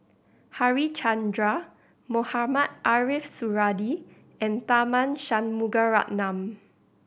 Harichandra Mohamed Ariff Suradi and Tharman Shanmugaratnam